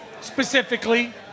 Specifically